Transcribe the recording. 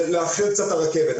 זה לאחר קצת את הרכבת.